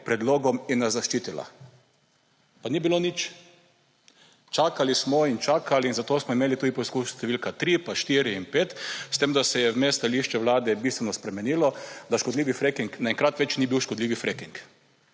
predlogom in nas zaščitila. Pa ni bilo nič. Čakali smo in čakali in zato smo imeli tudi poskus številka 3, pa 4 in 5. S tem da se je vmes stališče Vlade bistveno spremenilo, da škodljivi freking naenkrat več ni bil škodljivi freking.